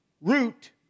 root